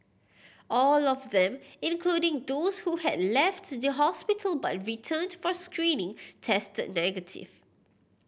all of them including those who had left the hospital but returned for screening tested negative